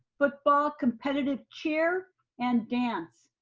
football, competitive cheer and dance.